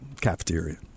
cafeteria